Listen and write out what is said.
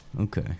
Okay